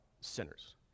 sinners